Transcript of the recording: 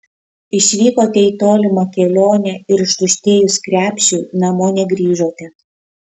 išvykote į tolimą kelionę ir ištuštėjus krepšiui namo negrįžote